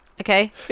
okay